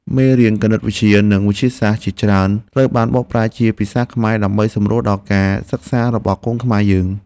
មេរៀនគណិតវិទ្យា និងវិទ្យាសាស្ត្រជាច្រើនត្រូវបានបកប្រែជាភាសាខ្មែរដើម្បីសម្រួលដល់ការសិក្សារបស់កូនខ្មែរយើង។